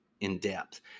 in-depth